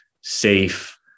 safe